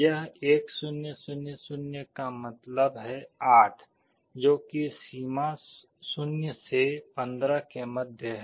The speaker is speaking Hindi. यह 1 0 0 0 का मतलब है 8 जो कि सीमा 0 से 15 के मध्य है